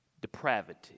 depravity